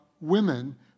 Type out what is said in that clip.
women